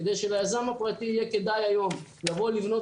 כדי שליזם הפרטי יהיה כדאי היום לבוא לבנות